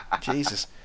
Jesus